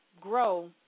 grow